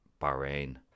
Bahrain